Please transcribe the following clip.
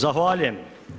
Zahvaljujem.